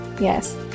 Yes